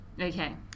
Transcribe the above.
Okay